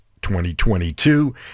2022